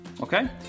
Okay